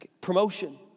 promotion